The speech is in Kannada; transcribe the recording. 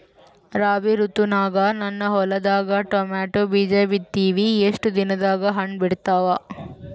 ರಾಬಿ ಋತುನಾಗ ನನ್ನ ಹೊಲದಾಗ ಟೊಮೇಟೊ ಬೀಜ ಬಿತ್ತಿವಿ, ಎಷ್ಟು ದಿನದಾಗ ಹಣ್ಣ ಬಿಡ್ತಾವ?